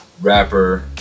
rapper